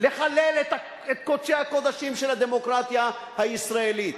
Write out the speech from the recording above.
לחלל את קודשי הקודשים של הדמוקרטיה הישראלית.